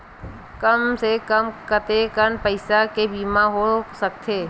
कम से कम कतेकन पईसा के बीमा हो सकथे?